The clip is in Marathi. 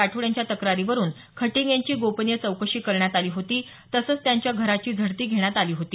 राठोड यांच्या तक्रारीवरून खटिंग यांची गोपीनिय चौकशी करण्यात आली होती तसेच त्यांच्या घराची झडती घेण्यात आली होती